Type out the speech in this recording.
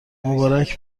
مبارک